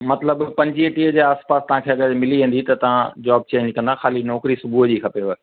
मतलबु पंजीह टीह जे आसिपासि तव्हांखे अगरि मिली वेंदी त तव्हां जॉब चेंज कंदा ख़ाली नौकिरी सुबुह जी खपेव